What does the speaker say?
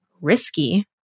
risky